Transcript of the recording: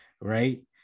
right